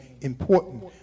important